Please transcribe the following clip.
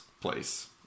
place